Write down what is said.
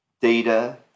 data